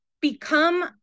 become